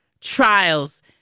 trials